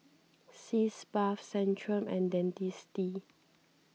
Sitz Bath Centrum and Dentiste